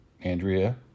andrea